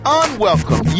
unwelcome